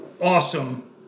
awesome